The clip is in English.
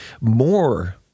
more